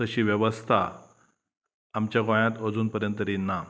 तशी वेवस्था आमच्या गोंयांत अजून पर्यंत तरी ना